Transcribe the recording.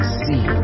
see